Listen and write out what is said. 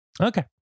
Okay